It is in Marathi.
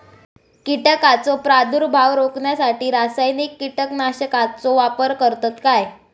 कीटकांचो प्रादुर्भाव रोखण्यासाठी रासायनिक कीटकनाशकाचो वापर करतत काय?